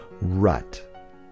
rut